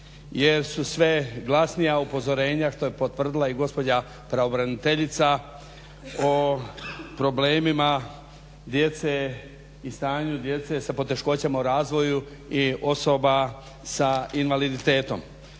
jer su sve glasnija upozorenja što je potvrdila i gospođa pravobraniteljica o problemima djece i stanju djece sa poteškoćama u razvoju i osoba sa invaliditetom.